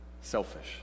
Selfish